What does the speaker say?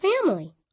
family